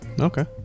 okay